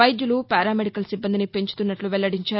వైద్యులు paramedical సిబ్బందిని పెంచుతున్నట్లు వెల్లడించారు